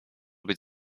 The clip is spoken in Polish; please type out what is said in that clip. być